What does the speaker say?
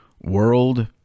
world